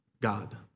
God